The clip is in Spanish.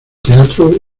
teatro